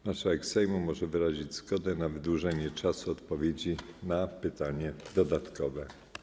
Marszałek Sejmu może wyrazić zgodę na wydłużenie czasu odpowiedzi na pytanie dodatkowe.